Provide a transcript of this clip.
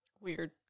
Weird